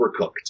overcooked